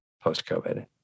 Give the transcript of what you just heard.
post-COVID